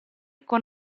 con